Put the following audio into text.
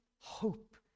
hope